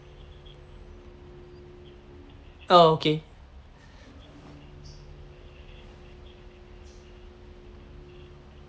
oh okay